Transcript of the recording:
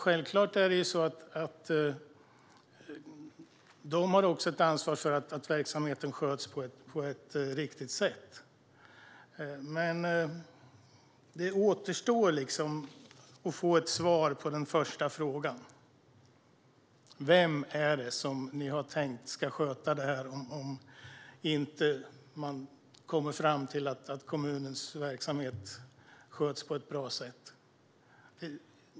Självklart har kommunen ett ansvar att verksamheten sköts på ett riktigt sätt. Ett svar på den första frågan återstår: Vem har ni tänkt ska sköta detta om man kommer fram till att kommunens verksamhet inte sköts på ett bra sätt?